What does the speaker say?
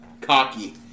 Cocky